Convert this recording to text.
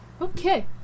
Okay